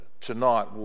tonight